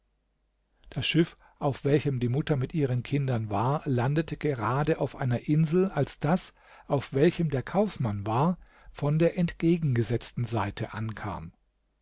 das schiff auf welchem die mutter mit ihren kindern war landete gerade auf einer insel als das auf welchem der kaufmann war von der entgegengesetzten seite ankam